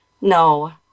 No